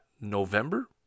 November